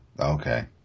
Okay